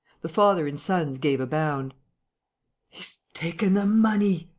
the father and sons gave a bound he's taken the money!